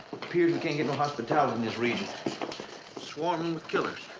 appears we can't get no hospitality in this region swarming with killers.